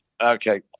Okay